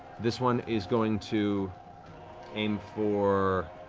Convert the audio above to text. this one is going to aim for